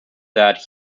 that